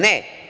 Ne.